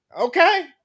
okay